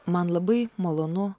man labai malonu